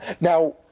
Now